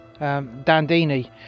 dandini